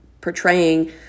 portraying